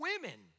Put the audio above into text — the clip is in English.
women